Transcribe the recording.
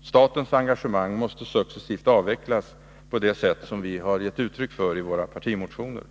Statens engagemang måste successivt avvecklas på det sätt som vi har gett uttryck för i våra partimotioner.